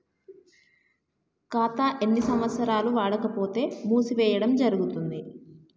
ఖాతా ఎన్ని సంవత్సరాలు వాడకపోతే మూసివేయడం జరుగుతుంది?